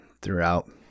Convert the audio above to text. throughout